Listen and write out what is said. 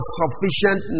sufficient